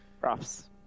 Props